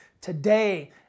today